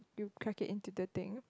to crack it into the thing